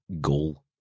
goal